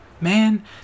Man